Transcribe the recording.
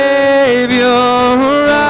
Savior